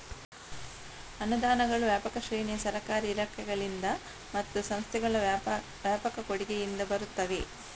ಅನುದಾನಗಳು ವ್ಯಾಪಕ ಶ್ರೇಣಿಯ ಸರ್ಕಾರಿ ಇಲಾಖೆಗಳಿಂದ ಮತ್ತು ಸಂಸ್ಥೆಗಳ ವ್ಯಾಪಕ ಕೊಡುಗೆಯಿಂದ ಬರುತ್ತವೆ